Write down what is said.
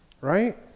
right